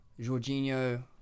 Jorginho